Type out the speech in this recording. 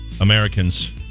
Americans